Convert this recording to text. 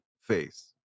face